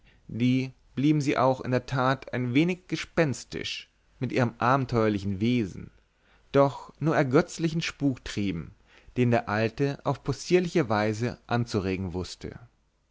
die blieben sie auch in der tat ein wenig gespenstisch mit ihrem abenteuerlichen wesen doch nur ergötzlichen spuk trieben den der alte auf possierliche weise anzuregen wußte